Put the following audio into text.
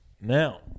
Now